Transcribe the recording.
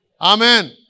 Amen